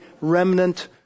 remnant